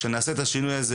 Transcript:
כשנעשה את השינוי הזה,